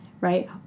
right